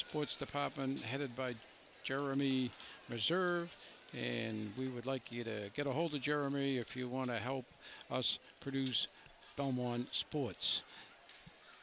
sports the pop and headed by jeremy reserve and we would like you to get a hold of jeremy if you want to help us produce dome on sports